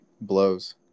blows